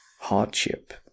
hardship